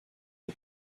aux